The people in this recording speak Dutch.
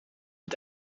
het